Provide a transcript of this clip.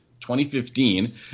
2015